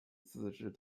自治